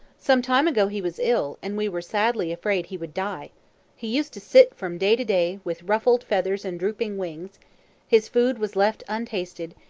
sometime ago he was ill, and we were sadly afraid he would die he used to sit from day to day, with ruffled feathers and drooping wings his food was left untasted,